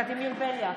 ולדימיר בליאק,